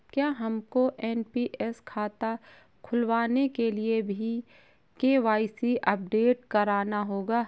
क्या हमको एन.पी.एस खाता खुलवाने के लिए भी के.वाई.सी अपडेट कराना होगा?